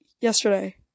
yesterday